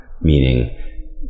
meaning